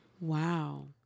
wow